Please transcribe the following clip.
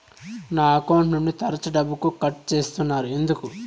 నా అకౌంట్ నుండి తరచు డబ్బుకు కట్ సేస్తున్నారు ఎందుకు